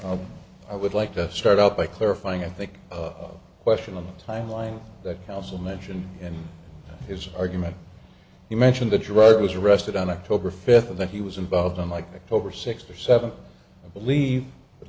right i would like to start out by clarifying i think of question on the timeline that counsel mentioned in his argument you mentioned the drug was arrested on october fifth of that he was involved in like over six or seven i believe at